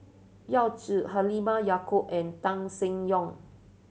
Yao Zi Halimah Yacob and Tan Seng Yong